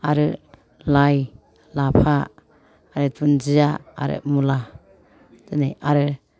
आरो लाइ लाफा आरो दुन्दिया आरो मुला बिदिनो आरो